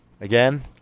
Again